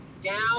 down